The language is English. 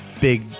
Big